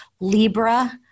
Libra